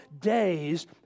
days